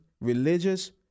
religious